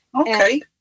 Okay